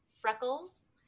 freckles